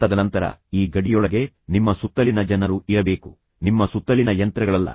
ತದನಂತರ ಈ ಗಡಿಯೊಳಗೆ ನಿಮ್ಮ ಸುತ್ತಲಿನ ಜನರು ಇರಬೇಕು ನಿಮ್ಮ ಸುತ್ತಲಿನ ಯಂತ್ರಗಳಲ್ಲ